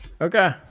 Okay